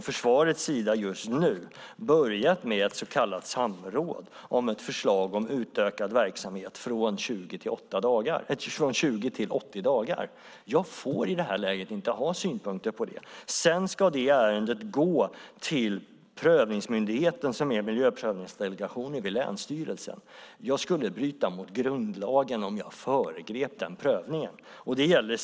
Försvaret har nu börjat med ett så kallat samråd om ett förslag om utökad verksamhet från 20 till 80 dagar. Jag får i det här läget inte ha synpunkter på det. Sedan ska det ärendet gå till prövningsmyndigheten som är miljöprövningsdelegationen vid länsstyrelsen. Jag skulle bryta mot grundlagen om jag föregrep den prövningen.